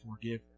forgive